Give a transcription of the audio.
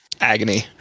agony